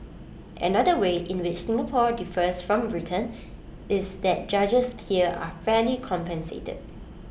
another way in which Singapore differs from Britain is that judges here are fairly compensated